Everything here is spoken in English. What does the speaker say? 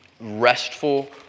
restful